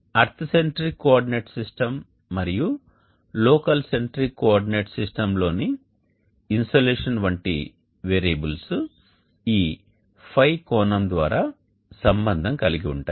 earth centric coordinate system మరియు local centric coordinate system లోని insolation వంటి వేరియబుల్స్ ఈ ϕ కోణం ద్వారా సంబంధం కలిగి ఉంటాయి